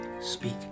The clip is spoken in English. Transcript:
Speak